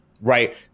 right